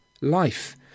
life